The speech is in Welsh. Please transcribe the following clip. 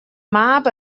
mab